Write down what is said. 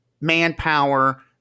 Manpower